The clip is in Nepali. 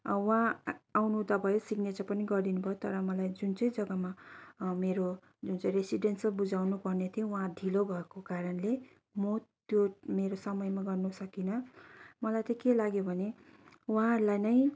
उहाँ आउनु त भयो सिग्नेचर पनि गरिदिनु भयो तर मलाई जुन चाहिँ जग्गामा मेरो जुन चाहिँ रेसिडेन्सियल बुझाउनु पर्ने थियो उहाँ ढिलो भएको कारणले म त्यो मेरो समयमा गर्न सकिनँ मलाई त के लाग्यो भने उहाँहरूलाई नै